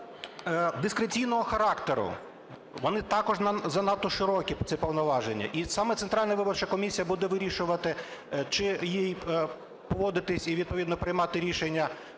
дискреційного характеру, вони також занадто широкі, ці повноваження. І саме Центральна виборча комісія буде вирішувати, чи їй погодитись і відповідно приймати рішення